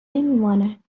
نمیماند